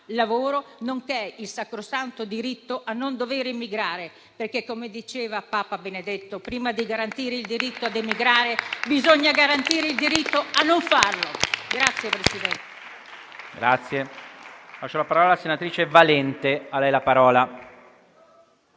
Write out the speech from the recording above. lavoro, nonché il sacrosanto diritto di non dover emigrare, perché - come diceva Papa Benedetto - prima di garantire il diritto di emigrare, bisogna garantire il diritto di non doverlo fare.